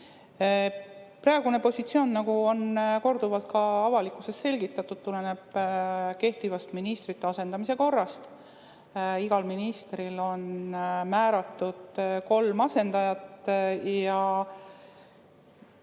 Praegune positsioon, nagu on korduvalt ka avalikkuse ees selgitatud, tuleneb kehtivast ministrite asendamise korrast. Igale ministrile on määratud kolm asendajat ja